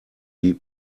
die